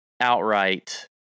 outright